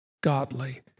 godly